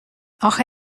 آخه